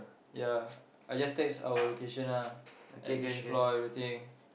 ya I just text our location ah like which floor and everything